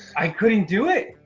i couldn't do it.